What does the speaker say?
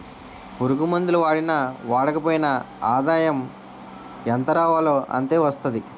పురుగుమందులు వాడినా వాడకపోయినా ఆదాయం ఎంతరావాలో అంతే వస్తాది